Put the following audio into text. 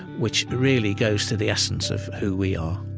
which really goes to the essence of who we are